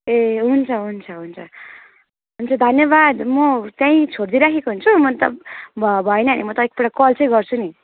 ए हुन्छ हुन्छ हुन्छ हुन्छ धन्यवाद म त्यहीँ छोडिदिइराखेको हुन्छु म तप भ भएन भने म त एकपल्ट कल चाहिँ गर्छु नि